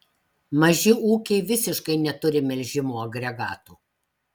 maži ūkiai visiškai neturi melžimo agregatų